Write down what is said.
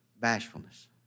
bashfulness